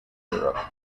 europe